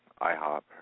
IHOP